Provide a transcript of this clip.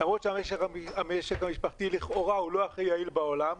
למרות שהמשק המשפחתי לכאורה הוא לא הכי יעיל בעולם,